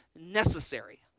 necessary